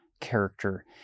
character